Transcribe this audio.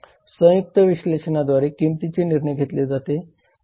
संयुक्त विश्लेषणाद्वारे किंमतीचे निर्णय घेतले जाते